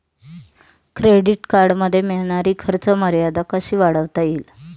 Credit कार्डमध्ये मिळणारी खर्च मर्यादा कशी वाढवता येईल?